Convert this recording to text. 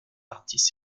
artistes